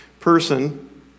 person